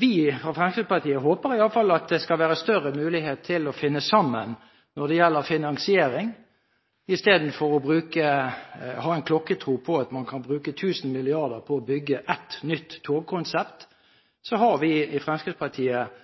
Vi fra Fremskrittspartiet håper i alle fall at det skal være større muligheter til å finne sammen når det gjelder finansiering. I stedet for å ha klokkertro på at man kan bruke tusen milliarder på å bygge ett nytt togkonsept, har vi i Fremskrittspartiet